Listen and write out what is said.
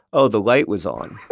oh, the light was on.